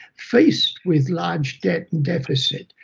faced with large debt and deficit,